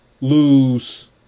lose